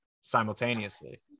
simultaneously